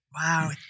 Wow